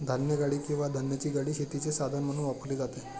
धान्यगाडी किंवा धान्याची गाडी शेतीचे साधन म्हणून वापरली जाते